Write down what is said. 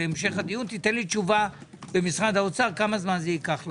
תן לי תשובה במשרד האוצר, כמה זמן ייקח לכם.